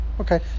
Okay